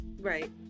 Right